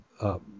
up